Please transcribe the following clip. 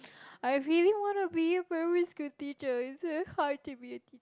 I really wanna be a primary school teacher it is hard to be a